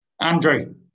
Andrew